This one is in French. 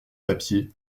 papier